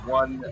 one